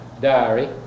diary